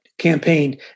Campaign